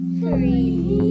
three